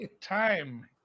time